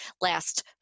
last